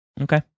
Okay